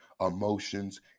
emotions